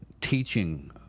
teaching